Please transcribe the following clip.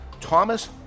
Thomas